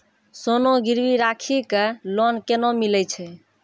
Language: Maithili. सोना गिरवी राखी कऽ लोन केना मिलै छै?